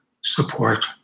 support